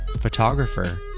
photographer